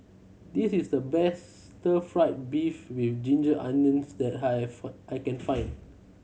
this is the best Stir Fry beef with ginger onions that I have I can find